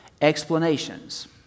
explanations